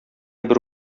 бер